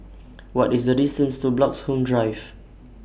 What IS The distance to Bloxhome Drive